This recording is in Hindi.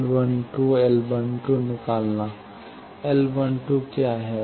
L12 L12 निकालना L12 क्या है